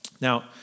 Now